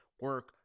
Work